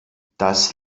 das